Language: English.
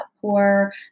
poor